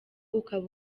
ukaba